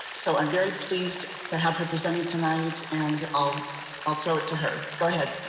so i'm very pleased to have her presenting tonight, and i'll i'll throw it to her, go ahead.